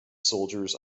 soldiers